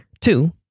Two